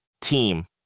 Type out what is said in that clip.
Team